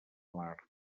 mar